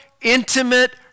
intimate